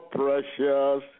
precious